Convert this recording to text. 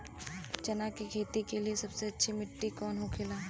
चना की खेती के लिए सबसे अच्छी मिट्टी कौन होखे ला?